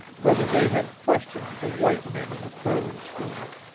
whether they had questioned the white men on the pearling schooner.